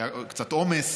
היה קצת עומס.